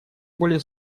более